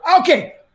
Okay